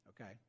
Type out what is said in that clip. Okay